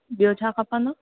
ॿियो छा खपंदो